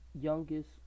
youngest